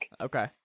Okay